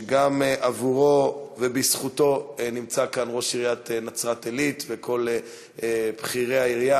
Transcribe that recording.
שגם עבורו ובזכותו נמצא כאן ראש עיריית נצרת-עילית וכל בכירי העירייה,